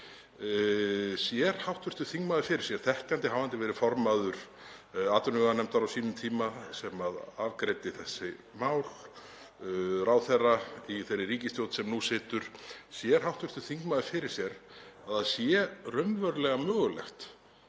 það sé raunverulega mögulegt